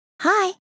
Hi